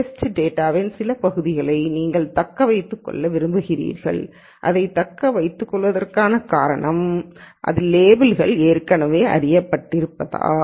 test டேட்டாவின் சில பகுதியை நீங்கள் தக்க வைத்துக் கொள்ள விரும்புகிறீர்கள் இதைத் தக்கவைத்துக்கொள்வதற்கான காரணம் இதில் லேபிள்கள் ஏற்கனவே அறியப்பட்டிருப்பதால்